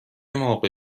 موقع